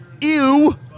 ew